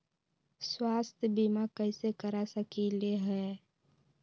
स्वाथ्य बीमा कैसे करा सकीले है?